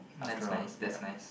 that's nice that's nice